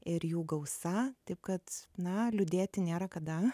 ir jų gausa taip kad na liūdėti nėra kada